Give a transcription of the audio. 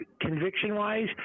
conviction-wise